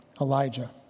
Elijah